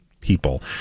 people